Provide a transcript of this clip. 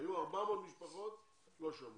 כשהיו 400 משפחות לא שמעו,